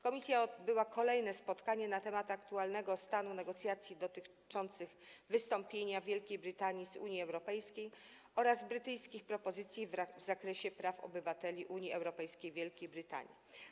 Komisja odbyła kolejne spotkanie na temat aktualnego stanu negocjacji dotyczących wystąpienia Wielkiej Brytanii z Unii Europejskiej oraz brytyjskich propozycji w zakresie praw obywateli Unii Europejskiej w Wielkiej Brytanii.